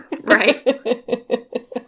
right